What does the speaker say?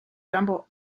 double